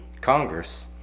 Congress